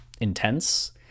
intense